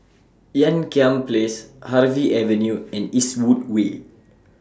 Ean Kiam Place Harvey Avenue and Eastwood Way